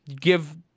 give